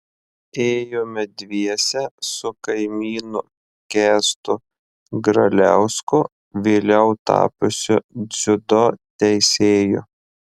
ėjome dviese su kaimynu kęstu graliausku vėliau tapusiu dziudo teisėju